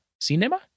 Cinema